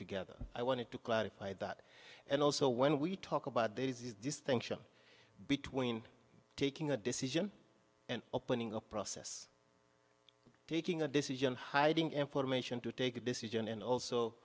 together i wanted to clarify that and also when we talk about these things up between taking a decision and opening a process taking a decision hiding information to take a decision and